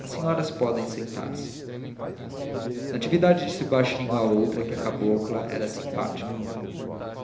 as senhoras podem sentar-se natividade disse baixinho à outra que a cabocla era simpática